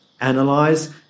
analyze